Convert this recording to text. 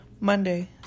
Monday